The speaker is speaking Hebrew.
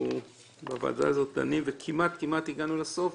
דנים בהם בוועדה זו וכמעט הגענו לסיומם.